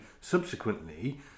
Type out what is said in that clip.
subsequently